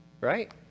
Right